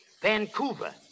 Vancouver